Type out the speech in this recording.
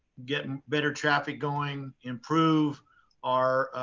get and better traffic going, improve our